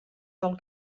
del